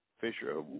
fisher